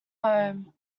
home